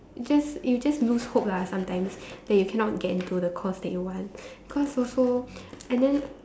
just you just lose hope lah sometimes that you cannot get into the course that you want cause also and then